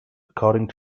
according